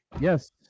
Yes